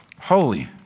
holy